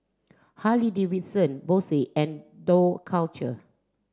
Harley Davidson Bose and Dough Culture